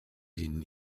denen